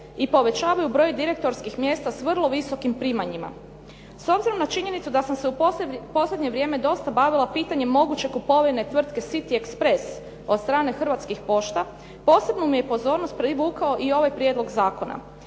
i povećavaju broj direktorskih mjesta s vrlo visokim primanjima. S obzirom na činjenicu da sam se u posljednje vrijeme dosta bavila pitanjem moguće kupovine tvrtke "City Express" od strane Hrvatskih pošta posebnu mi je pozornost privukao i ovaj prijedlog zakona,